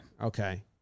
Okay